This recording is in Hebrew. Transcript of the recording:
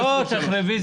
כפי שביקשת.